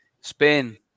Spain